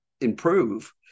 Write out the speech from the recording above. improve